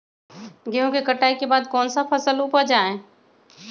गेंहू के कटाई के बाद कौन सा फसल उप जाए?